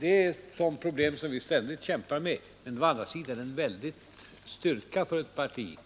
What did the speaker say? Det är ett problem som vi ständigt kämpar med, men å andra sidan är det en väldig styrka för ett parti